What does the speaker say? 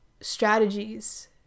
strategies